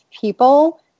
people